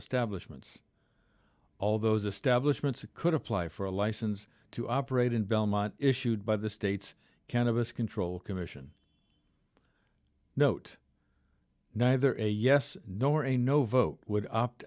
establishments all those establishment that could apply for a license to operate in belmont issued by the state's cannabis control commission note neither yes nor a no vote would opt